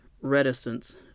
Reticence